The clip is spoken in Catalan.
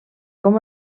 com